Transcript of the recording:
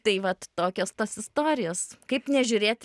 tai vat tokios tos istorijos kaip nežiūrėti